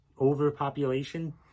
overpopulation